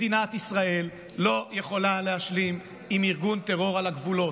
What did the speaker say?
מדינת ישראל לא יכולה להשלים עם ארגון טרור על הגבולות,